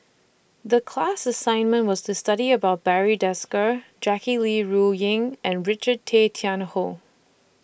The class assignment was to study about Barry Desker Jackie Yi Ru Ying and Richard Tay Tian Hoe